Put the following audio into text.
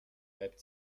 reibt